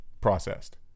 processed